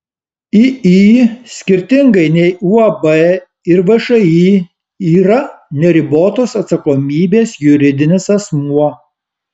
iį skirtingai nei uab ir všį yra neribotos atsakomybės juridinis asmuo